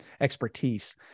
expertise